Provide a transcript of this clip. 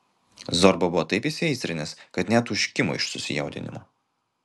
zorba buvo taip įsiaistrinęs kad net užkimo iš susijaudinimo